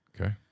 Okay